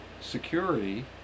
security